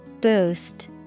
Boost